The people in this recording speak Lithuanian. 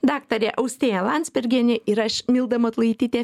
daktarė austėja landsbergienė ir aš milda matulaitytė